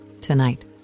tonight